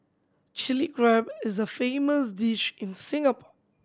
Chilli Crab is a famous dish in Singapore